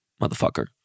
motherfucker